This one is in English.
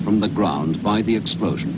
from the ground by the explosion